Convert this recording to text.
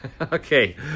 Okay